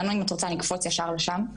אם את רוצה נקפוץ ישר לשם.